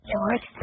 George